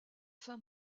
fin